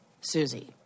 Susie